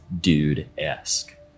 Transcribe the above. dude-esque